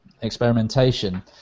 experimentation